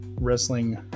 wrestling